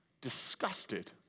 disgusted